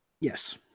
Yes